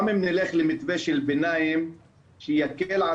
גם אם נלך למתווה של ביניים שיקל על